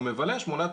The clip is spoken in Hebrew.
הוא מבלה שמונה,